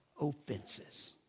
offenses